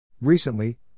Recently